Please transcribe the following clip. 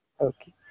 Okay